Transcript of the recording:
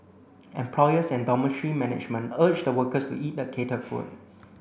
employers and dormitory management urge the workers to eat the catered food